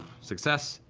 success.